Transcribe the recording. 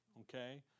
okay